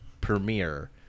premiere